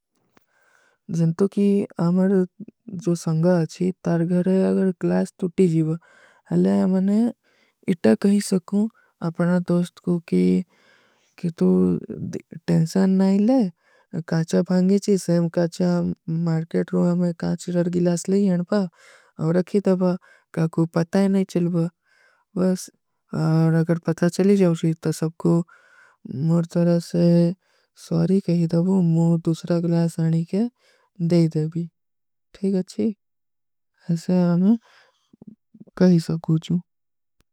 ଜନତୋଂ କି ଆମର ଜୋ ସଂଗା ଅଚ୍ଛୀ ତାର ଘରେ ଅଗର ଗ୍ଲାସ ତୁଟୀ ଜୀବ। ହଲେ ମୈଂନେ ଇଟା କହୀ ସକୂଁ ଅପନା ଦୋସ୍ଟ କୋ କି କି ତୂ ଟେଂଶନ ନହୀଂ ଲେ, କାଚ୍ଯା ଭାଁଗେ ଚୀସ ହୈଂ, କାଚ୍ଯା ମାର୍କେଟ ରୂହା ମୈଂ କାଚ୍ଯା ରାର ଗିଲାସ ଲେଗୀ ହୈଂ ବାବ। ଔର ଅଖୀ ଦବା କା କୁଛ ପତା ହୈ ନହୀଂ ଚିଲବା, ଵସ ଔର ଅଗର ପତା ଚଲୀ ଜାଓଗୀ ତା ସବକୋ ମୌର ତରହ ସେ ସରୀ କହୀ ଦବୂ, ମୌର ଦୂସରା ଗ୍ଲାସ ଆନୀ କେ ଦେଧେ ଭୀ, ଠୀକ ଅଚ୍ଛୀ, ହୈସେ ଆମନେ କହୀ ସକୂଁ ଜୂଁ।